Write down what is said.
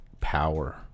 power